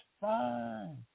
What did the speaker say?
fine